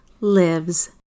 lives